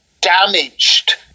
damaged